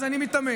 אז אני מתאמץ.